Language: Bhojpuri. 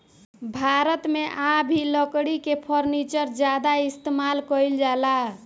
भारत मे आ भी लकड़ी के फर्नीचर ज्यादा इस्तेमाल कईल जाला